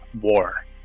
war